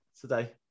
today